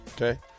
Okay